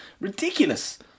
ridiculous